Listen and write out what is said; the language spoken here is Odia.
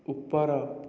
ଉପର